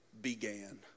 began